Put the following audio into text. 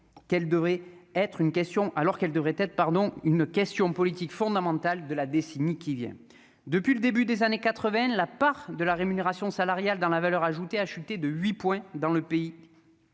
qu'elle devrait être pardon une question politique fondamentale de la décennie qui vient, depuis le début des années 80 la part de la rémunération salariale dans la valeur ajoutée a chuté de 8, dans le pays,